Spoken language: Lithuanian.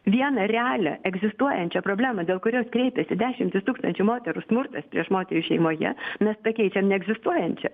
vieną realią egzistuojančią problemą dėl kurios kreipiasi dešimtys tūkstančių moterų smurtas prieš moteris šeimoje mes pakeičiam neegzistuojančia